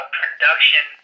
production